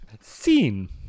Scene